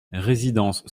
résidence